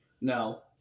No